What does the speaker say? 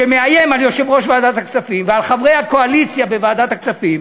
שמאיים על יושב-ראש ועדת הכספים ועל חברי הקואליציה בוועדת הכספים,